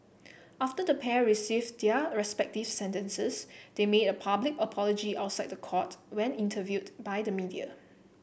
after the pair received their respective sentences they made a public apology outside the court when interviewed by the media